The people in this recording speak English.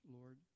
Lord